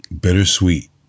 Bittersweet